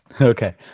Okay